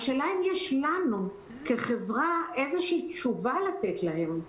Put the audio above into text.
השאלה אם יש לנו כחברה איזושהי תשובה לתת להם,